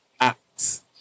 acts